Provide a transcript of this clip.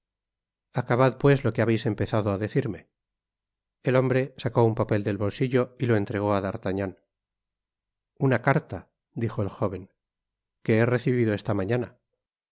acabad pues lo que habeis empezado á decirme content from google book search generated at el hombre sacó un papel del bolsillo y lo entregó á d'artagnan una carta dijo el jóven que he recibido esta mañana